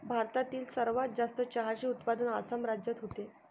भारतातील सर्वात जास्त चहाचे उत्पादन आसाम राज्यात होते